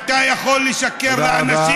שום דבר לא מפריע.